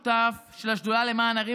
כיושבת-ראש משותפת של השדולה למען ערים